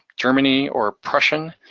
germany or prussian,